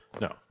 no